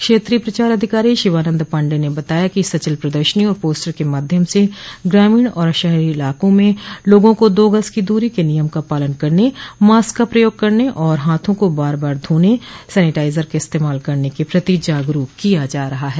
क्षेत्रीय प्रचार अधिकारी शिवानंद पांडे ने बताया कि सचल प्रदर्शनी और पोस्टर के माध्यम से ग्रामीण और शहरो इलाकों में लोगों को दो गज की दूरी के नियम का पालन करने मास्क का प्रयोग करने और हाथों को बार बार धोने सैनिटाइजर का इस्तेमाल करने के प्रति जागरूक किया जा रहा है